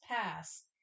pass